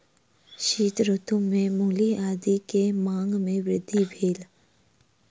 शीत ऋतू में मूली आदी के मांग में वृद्धि भेल